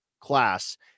class